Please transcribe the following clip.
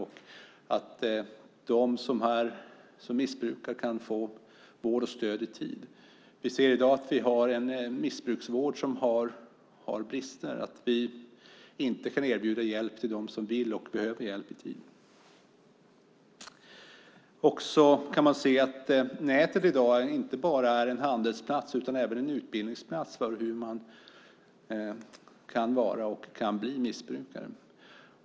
De som missbrukar måste få vård och stöd i tid. Vi har i dag en missbrukarvård som har brister. Vi kan i dag inte erbjuda hjälp till dem som vill ha det och behöver det i tid. Nätet är i dag inte bara en handelsplats utan även utbildningsplats för hur man kan bli och vara missbrukare.